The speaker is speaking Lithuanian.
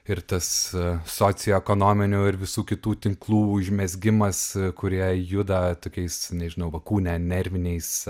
ir tas socioekonominių ir visų kitų tinklų užmezgimas kurie juda tokiais nežinau va kūne nerviniais